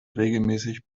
regelmäßig